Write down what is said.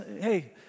hey